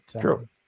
True